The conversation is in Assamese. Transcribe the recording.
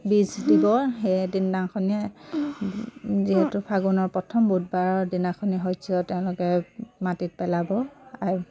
বীজ দিব সেই দিনাখনিয়ে যিহেতু ফাগুনৰ প্ৰথম বুধবাৰৰ দিনাখনি শস্য তেওঁলোকে মাটিত পেলাব আৰু